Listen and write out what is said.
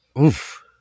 Oof